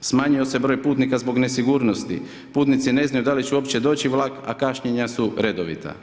smanjuje se broj putnika zbog nesigurnosti, putnici ne znaju da li će uopće doći vlak, a kašnjenja su redovita.